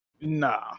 Nah